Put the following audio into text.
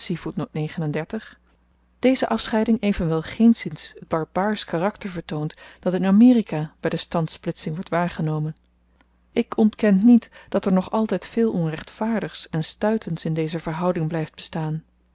deze afscheiding evenwel geenszins t barbaarsch karakter vertoont dat in amerika by de standsplitsing wordt waargenomen ik ontken niet dat er nog altyd veel onrechtvaardigs en stuitends in deze verhouding blyft bestaan